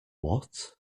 what